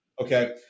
Okay